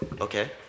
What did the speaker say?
okay